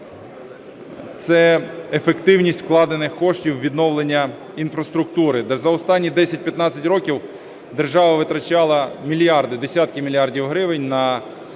це ефективність вкладених коштів у відновлення інфраструктури. За останні 10-15 років держава витрачала мільярди, десятки мільярдів гривень на протипаводкову